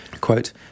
quote